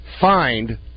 Find